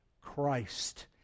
Christ